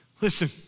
Listen